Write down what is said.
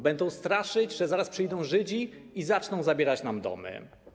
Będą straszyć, że zaraz przyjdą Żydzi i zaczną zabierać nam domy.